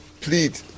plead